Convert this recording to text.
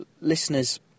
listeners